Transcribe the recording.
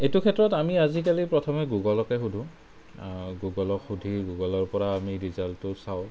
এইটো ক্ষেত্ৰত আমি আজিকালি প্ৰথমে গুগলকে সোধো গুগলক সুধি গুগলৰ পৰা আমি ৰিজাল্টটো চাওঁ